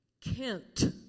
Kent